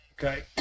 Okay